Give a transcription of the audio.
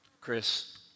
Chris